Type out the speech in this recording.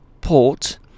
port